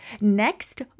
Next